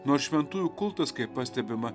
nors šventųjų kultas kaip pastebima